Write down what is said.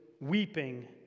weeping